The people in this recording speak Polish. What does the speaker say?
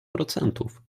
procentów